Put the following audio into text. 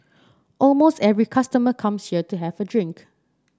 almost every customer comes here to have a drink